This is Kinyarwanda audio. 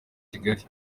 kigali